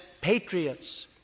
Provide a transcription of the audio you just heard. patriots